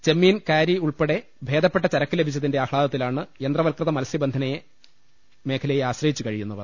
ചെമ്മീൻ കാരി ഉൾപ്പെടെ ഭേദപ്പെട്ട ചരക്ക് ലഭിച്ചതിന്റെ ആഹ്താ ദത്തിലാണ് യന്ത്രവൽകൃത മത്സ്യബന്ധന മേഖലയെ ആശ്ര യിച്ചു കഴിയുന്നവർ